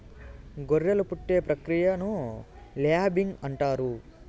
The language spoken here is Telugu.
గొర్రెలు పుట్టే ప్రక్రియను ల్యాంబింగ్ అంటారు